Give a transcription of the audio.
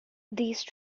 these